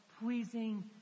pleasing